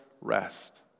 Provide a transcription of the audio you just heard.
rest